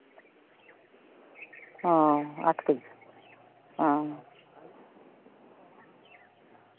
ᱚ ᱤᱨᱟᱹᱞ ᱠᱮᱡᱤ ᱦᱮᱸ